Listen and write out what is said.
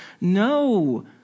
No